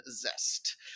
zest